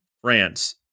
France